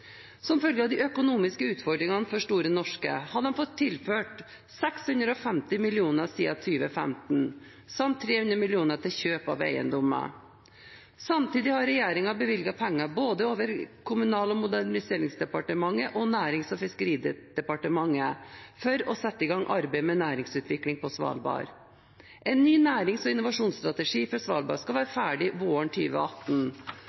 Som følge av de økonomiske utfordringene for Store Norske har de fått tilført 650 mill. kr siden 2015 samt 300 mill. kr til kjøp av eiendommer. Samtidig har regjeringen bevilget penger gjennom både Kommunal- og moderniseringsdepartementet og Nærings- og fiskeridepartementet for å sette i gang arbeid med næringsutvikling på Svalbard. En ny nærings- og innovasjonsstrategi for Svalbard skal være